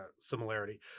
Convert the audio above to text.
similarity